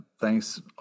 Thanks